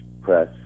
press